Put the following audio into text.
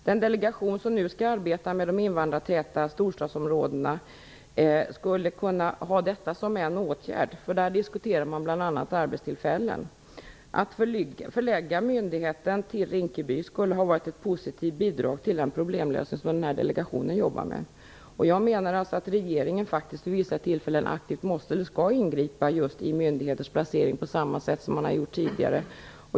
Den delegation som nu skall arbeta med de invandrartäta storstadsområdena skulle kunna ha detta som en åtgärd. Där diskuterar man bl.a. arbetstillfällen. Att förlägga myndigheten till Rinkeby skulle ha varit ett positivt bidrag till den problemlösning som delegationen jobbar med. Jag menar att regeringen faktiskt vid vissa tillfällen skall ingripa just i myndigheters placering på samma sätt som man har gjort tidigare.